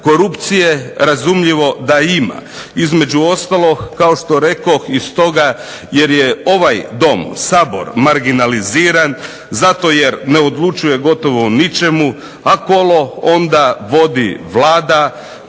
Korupcije razumljivo da ima, između ostalog kao što rekoh zbog toga što je ovaj Dom, Sabor, marginaliziran, zato jer ne odlučuje gotovo o ničemu, a kolo onda vodi Vlada